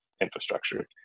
infrastructure